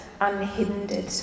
unhindered